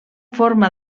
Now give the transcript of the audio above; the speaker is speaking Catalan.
forma